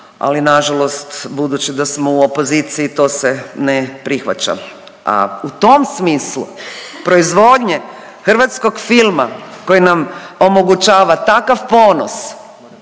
ali na žalost budući da smo u opoziciji to se ne prihvaća. A u tom smislu proizvodnje hrvatskog filma koji nam omogućava takav ponos